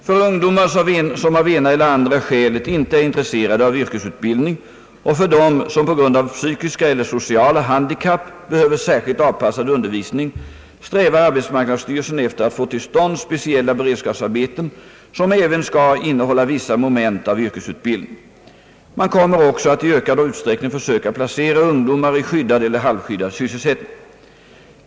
För ungdomar som av ena eller andra skälet inte är intresserade av yrkesutbildning och för dem som på grund av psykiska eller sociala handikapp behöver särskilt avpassad undervisning strävar arbetsmarknadsstyrelsen efter att få till stånd speciella beredskapsarbeten som även skall innehålla vissa moment av yrkesutbildning. Man kommer också att i ökad utsträckning försöka placera ungdomar i skyddad eller halvskyddad sysselsättning.